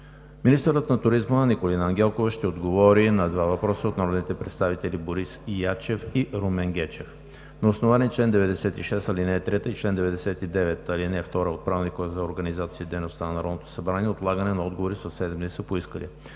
Министърът на туризма Николина Ангелкова ще отговори на два въпроса от народните представители Борис Ячев и Румен Гечев. На основание чл. 96, ал. 3 и чл. 99, ал. 2 от Правилника за организацията и дейността на Народното събрание отлагане на отговори със седем дни са поискали: